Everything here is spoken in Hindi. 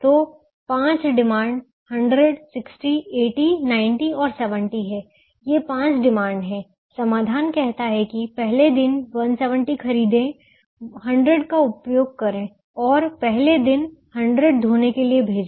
तो 5 डिमांड 100 60 80 90 और 70 हैं ये 5 डिमांड हैं समाधान कहता है कि पहले दिन 170 खरीदें 100 उपयोग करें और पहले दिन 100 धोने के लिए भेजें